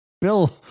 Bill